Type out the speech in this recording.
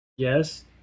yes